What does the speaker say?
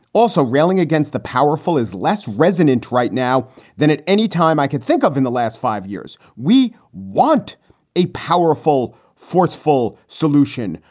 also railing against the powerful is less resonant right now than at any time i could think of in the last five years. we want a powerful, forceful solution.